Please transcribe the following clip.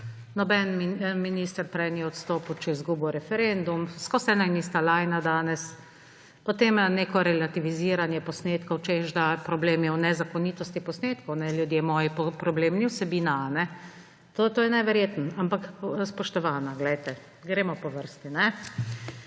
Noben minister prej ni odstopil, če je izgubil referendum – ves čas ena in ista lajna danes. Potem neko relativiziranje posnetkov, češ, problem je v nezakonitosti posnetkov, ljudje moji, problem ni vsebina. To je neverjetno. Ampak, spoštovana, glejte, gremo po vrsti.